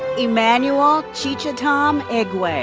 emmanuel ah chichetam igwe.